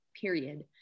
period